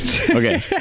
Okay